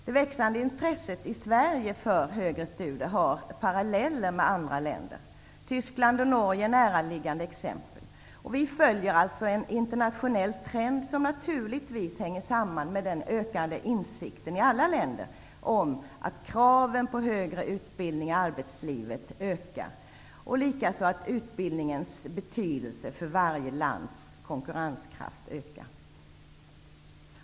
Det växande intresset i Sverige för högre studier har paralleller med andra länder. Tyskland och Norge är näraliggande exempel. Vi följer alltså en internationell trend som naturligtvis hänger samman med den ökande insikten i alla länder om att kraven i arbetslivet på högre utbildning ökar och att utbildningens betydelse för varje lands konkurrenskraft ökar.